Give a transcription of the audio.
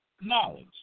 knowledge